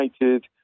United